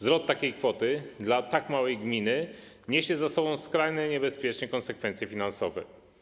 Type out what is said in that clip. Zwrot takiej kwoty dla tak małej gminy niesie za sobą skrajnie niebezpieczne konsekwencje finansowe.